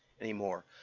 anymore